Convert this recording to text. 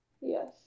Yes